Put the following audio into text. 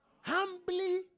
humbly